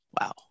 Wow